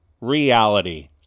reality